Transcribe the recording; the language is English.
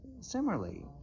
similarly